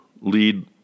lead